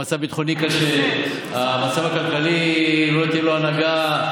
המצב הביטחוני קשה, למצב הכלכלי אין הנהגה.